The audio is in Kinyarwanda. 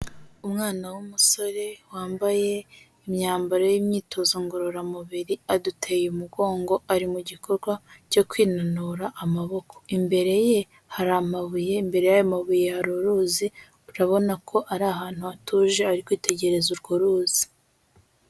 Umwana w'umusore wambaye imyambaro y'imyitozo ngororamubiri, aduteye umugongo ari mu gikorwa cyo kwinanura amaboko, imbere ye hari amabuye, imbere yamabuye uruzi urabona ko ari ahantu hatuje ari kwitegereza urwo ruzi.